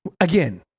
Again